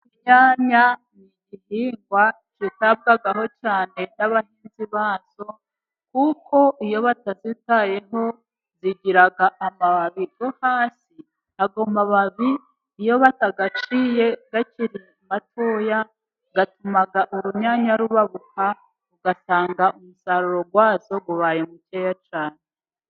Imyanya ni igihingwa kitabwagaho cyane n'abahinzi bazo, kuko iyo batazitayeho zigira amababi yo hasi, ayo mababi iyo batayaciye akiri matoya, atuma urunyanya rubabuka, ugasanga umusaruro wazo ubaye mukeya cyane.